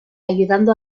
ayudando